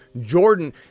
jordan